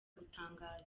gutangaza